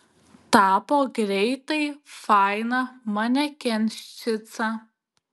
tapo greitai faina manekenščica